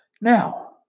Now